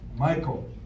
Michael